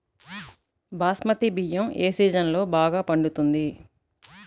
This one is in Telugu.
బాస్మతి బియ్యం ఏ సీజన్లో బాగా పండుతుంది?